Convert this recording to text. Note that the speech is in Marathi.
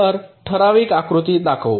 तर ठराविक आकृती दाखवू